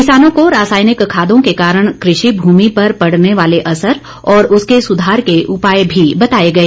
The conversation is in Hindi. किसानों को रासायेनिक खादों के कारण कृषि भूमि पर पड़ने वाले असर और उसके सुधार के उपाय भी बताए गए